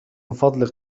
فضلك